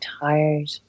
tired